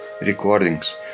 recordings